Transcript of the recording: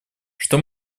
что